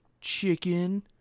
chicken